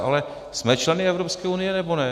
Ale jsme členy Evropské unie, nebo ne?